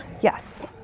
Yes